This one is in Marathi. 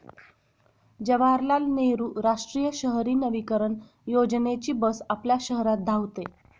जवाहरलाल नेहरू राष्ट्रीय शहरी नवीकरण योजनेची बस आपल्या शहरात धावते